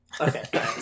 Okay